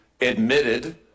admitted